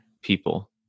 people